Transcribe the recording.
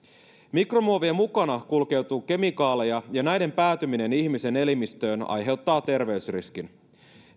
mikromuovien mukana kulkeutuu kemikaaleja ja näiden päätyminen ihmisen elimistöön aiheuttaa terveysriskin